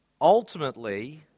ultimately